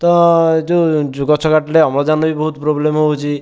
ତ ଯେଉଁ ଯେଉଁ ଗଛ କାଟିଲେ ଅମ୍ଳଜାନ ବି ବହୁତ ପ୍ରୋବ୍ଲେମ୍ ହେଉଛି